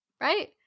right